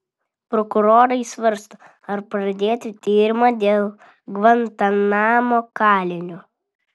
prokurorai svarsto ar pradėti tyrimą dėl gvantanamo kalinio